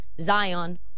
Zion